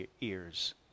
ears